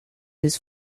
his